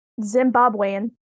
Zimbabwean